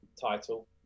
title